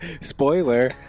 spoiler